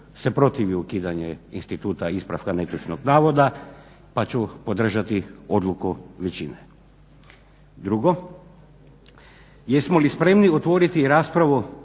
Drugo, jesmo li spremni otvoriti raspravu